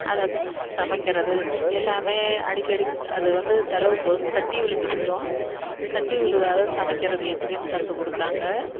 அதற்கு சமைக்கிறது எல்லாம் அடிக்கடி அது வந்து தெலவும் போது கட்டி விழுந்து போய்ரும் கட்டி விழுவாத சமைக்கிறது எப்படினு கற்றுக் கொடுத்தாங்க